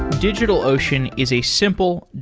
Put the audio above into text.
digitalocean is a simple,